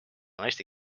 naiste